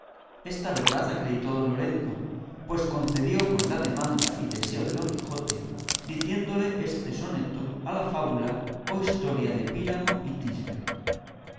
esta verdad acreditó don lorenzo pues concedió con la demanda y deseo de don quijote diciéndole este soneto a la fábula o historia de píramo y tisbe